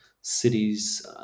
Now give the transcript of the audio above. cities